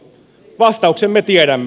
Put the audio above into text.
vastauksen me tiedämme